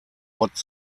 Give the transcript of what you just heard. what